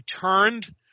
turned